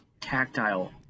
tactile